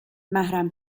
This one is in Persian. محرم